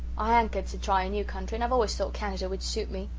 i hankered to try a new country and i've always thought canada would suit me.